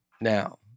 now